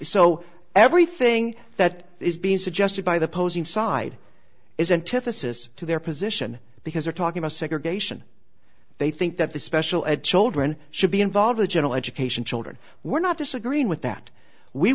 so every thing that is being suggested by the posing side is antithesis to their position because they're talking about segregation they think that the special ed children should be involved in general education children were not disagreeing with that we